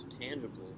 tangible